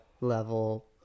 level